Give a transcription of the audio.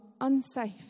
unsafe